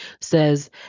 says